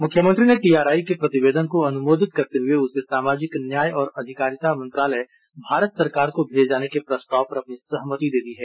मुख्यमंत्री ने टीआरआई के प्रतिवेदन को अनुमोदित करते हुए उसे सामाजिक न्याय और अधिकारिता मंत्रालय भारत सरकार को भेजे जाने को प्रस्ताव पर अपनी सहमति दी है